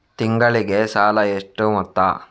ತಿಂಗಳಿಗೆ ಸಾಲ ಎಷ್ಟು ಮೊತ್ತ?